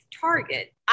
Target